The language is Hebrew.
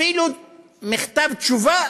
אפילו מכתב תשובה